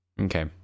Okay